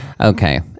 Okay